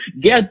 Get